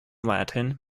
latin